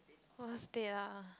worst date ah